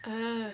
(uh huh)